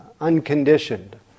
unconditioned